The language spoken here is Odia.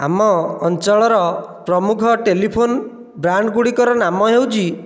ଆମ ଅଞ୍ଚଳର ପ୍ରମୁଖ ଟେଲିଫୋନ୍ ବ୍ରାଣ୍ଡଗୁଡ଼ିକର ନାମ ହେଉଛି